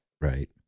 Right